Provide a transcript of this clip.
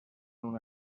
una